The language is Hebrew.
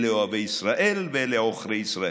אלה אוהבי ישראל ואלה עוכרי ישראל,